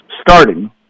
starting